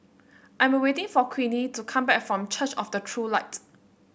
I'm awaiting for Queenie to come back from Church of the True Light